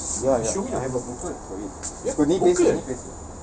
ya ya I have a booklet for it